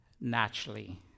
naturally